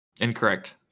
Incorrect